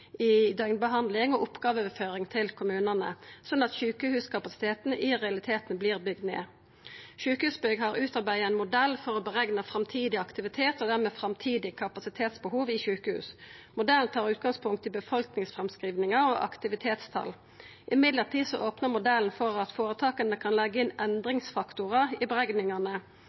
i døgnbehandling og oppgåveoverføring til kommunane, slik at sjukehuskapasiteten i realiteten vert bygd ned. Sjukehusbygg har utarbeidd ein modell for å berekna framtidig aktivitet og dermed framtidig kapasitetsbehov i sjukehus. Modellen tar utgangspunkt i befolkningsframskrivingar og aktivitetstal, men modellen opnar for at føretaka kan leggja inn endringsfaktorar i berekningane.